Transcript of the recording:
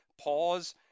pause